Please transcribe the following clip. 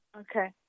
Okay